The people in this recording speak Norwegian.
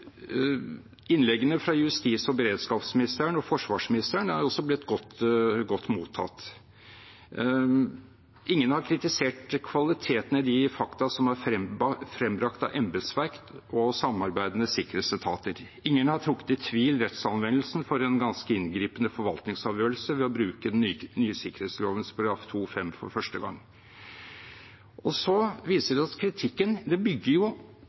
innleggene fra justis- og beredskapsministeren og forsvarsministeren er også blitt godt mottatt. Ingen har kritisert kvaliteten i de fakta som er frembrakt av embetsverk og samarbeidende sikkerhetsetater. Ingen har trukket i tvil rettsanvendelsen for en ganske inngripende forvaltningsavgjørelse ved å bruke den nye sikkerhetsloven § 2-5 for første gang. Så viser det seg at kritikken bygger